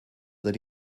that